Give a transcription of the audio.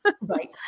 Right